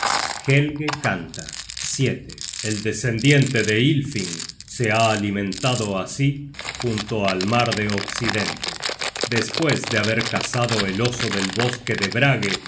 helge canta el descendiente de ylfing se ha alimentado así junto al mar de occidente despues de haber cazado el oso del bosque de brage